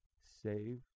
Save